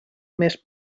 més